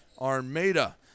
armada